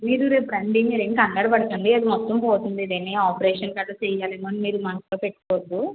మీరు రేపు రండి మీరు ఏమి కంగారు పడకండి అది మొత్తం పోతుంది ఏదైన ఆపరేషన్ గట్ట చేయాల ఏమో అని మీరు మనసులో పెట్టుకోద్దు